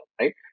right